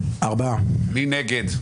מי נגד?